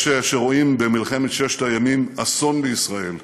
יש שרואים במלחמת ששת הימים אסון לישראל,